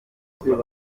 imbere